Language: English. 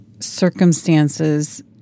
circumstances